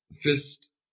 Fist